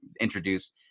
introduce